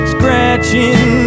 Scratching